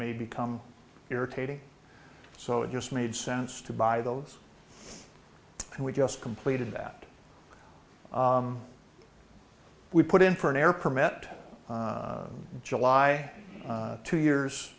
may become irritating so it just made sense to buy those and we just completed that we put in for an air permit july two years